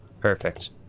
Perfect